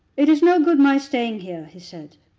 it is no good my staying here, he said.